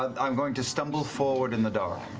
um i'm going to stumble forward in the dark.